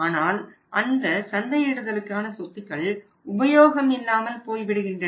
ஆனால் அந்த சந்தையிடுதலுக்கான சொத்துக்கள் உபயோகம் இல்லாமல் போய்விடுகின்றன